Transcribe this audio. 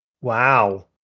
Wow